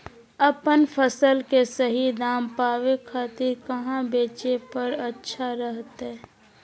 अपन फसल के सही दाम पावे खातिर कहां बेचे पर अच्छा रहतय?